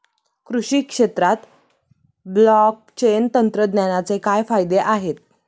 कृषी क्षेत्रात ब्लॉकचेन तंत्रज्ञानाचे काय फायदे आहेत?